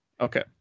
Okay